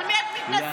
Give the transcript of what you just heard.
על מי את מתנשאת?